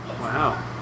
wow